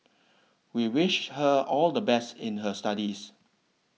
we wish her all the best in her studies